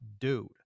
dude